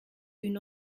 une